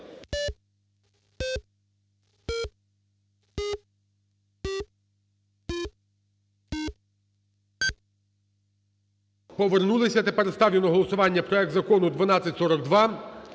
Повернулися. А тепер ставлю на голосування проект Закону 1242